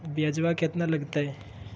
ब्यजवा केतना लगते?